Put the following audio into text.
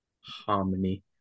harmony